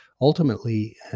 ultimately